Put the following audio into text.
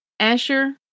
Asher